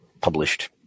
published